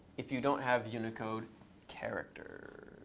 if you don't have unicode characters,